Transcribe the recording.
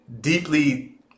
deeply